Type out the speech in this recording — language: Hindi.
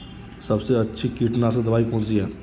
सबसे अच्छी कीटनाशक दवाई कौन सी है?